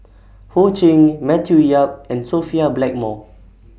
Ho Ching Matthew Yap and Sophia Blackmore